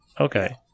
okay